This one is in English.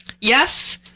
Yes